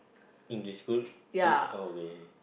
english school wait okay